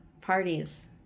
parties